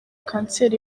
kanseri